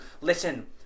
Listen